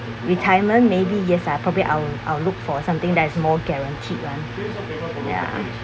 retirement maybe yes I probably I will I'll look for something that is more guarantee one ya